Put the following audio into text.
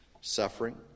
suffering